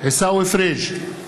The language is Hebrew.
עיסאווי פריג'